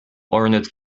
ornate